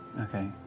Okay